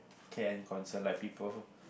care and concern like people